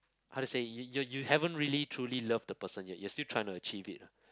how to say you you you haven't really truly love the person yet you're still trying to achieve it lah